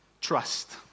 Trust